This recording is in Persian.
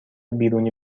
بیرونی